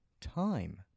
time